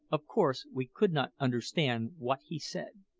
of course we could not understand what he said.